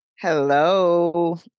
Hello